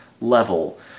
level